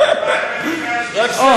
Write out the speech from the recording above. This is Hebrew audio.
אוה,